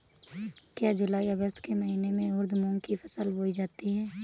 क्या जूलाई अगस्त के महीने में उर्द मूंग की फसल बोई जाती है?